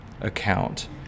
account